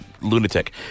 lunatic